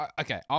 Okay